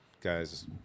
guys